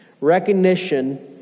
Recognition